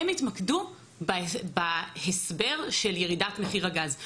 הם התמקדו בהסבר של ירידת מחיר הגז.